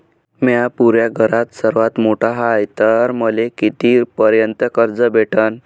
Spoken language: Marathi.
म्या पुऱ्या घरात सर्वांत मोठा हाय तर मले किती पर्यंत कर्ज भेटन?